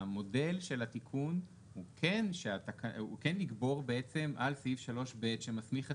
המודל של התיקון הוא כן יגבר על סעיף 3(ב) שמסמיך את